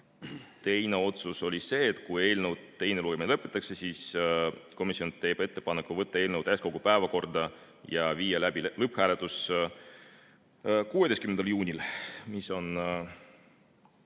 teine otsus oli see, et kui eelnõu teine lugemine lõpetatakse, siis komisjon teeb ettepaneku võtta eelnõu täiskogu päevakorda ja viia läbi lõpphääletus 16. juunil, mis on